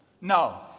No